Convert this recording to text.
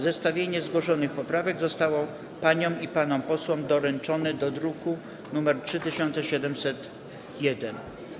Zestawienie zgłoszonych poprawek zostało paniom i panom posłom doręczone do druku nr 3701.